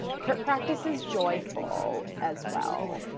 crip praxis is joyful as well.